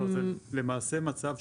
לא, אצלכם הורדתי את ההשוואות.